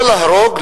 לא להרוג,